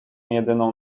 jedyną